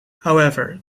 however